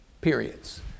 periods